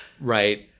Right